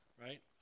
right